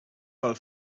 val